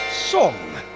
song